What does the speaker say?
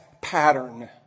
pattern